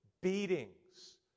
Beatings